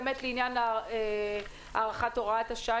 לעניין הארכת הוראת השעה,